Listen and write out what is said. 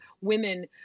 women